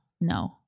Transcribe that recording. No